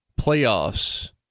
playoffs